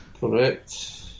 Correct